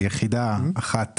של